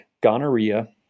gonorrhea